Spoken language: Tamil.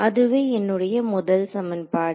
அதுவே என்னுடைய முதல் சமன்பாடு